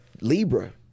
Libra